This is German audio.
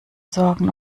sorgen